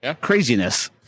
craziness